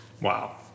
Wow